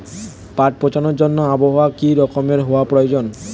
পাট পচানোর জন্য আবহাওয়া কী রকম হওয়ার প্রয়োজন?